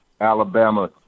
Alabama